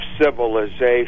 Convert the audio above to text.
civilization